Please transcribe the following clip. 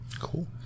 Cool